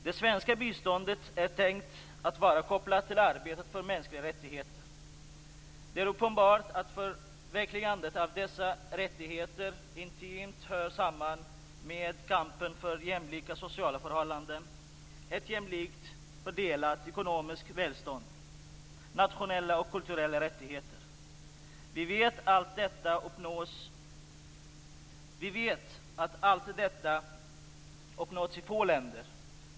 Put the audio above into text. Det svenska biståndet är tänkt att vara kopplat till arbetet för mänskliga rättigheter. Det är uppenbart att förverkligandet av dessa rättigheter intimt hör samman med kampen för jämlika sociala förhållanden, ett jämlikt fördelat ekonomiskt välstånd och nationella och kulturella rättigheter. Vi vet att allt detta har uppnåtts i få länder.